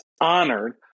honored